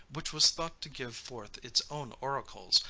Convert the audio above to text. which was thought to give forth its own oracles,